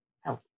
help